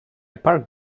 parked